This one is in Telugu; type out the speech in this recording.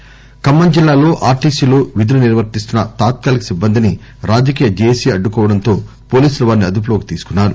ఆర్టీసీ సమ్మె జిల్లాలు ఖమ్మం జిల్లాలో ఆర్టీసీ లో విధులు నిర్వర్తిస్తున్న తాత్కాలిక సిబ్బందిని రాజకీయ జెఎసి అడ్డుకోవడంతో పోలీసులు వారిని అదుపులోకి తీసుకున్నారు